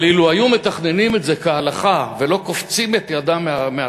אבל אילו תכננו את זה כהלכה ולא קפצו את היד בהתחלה,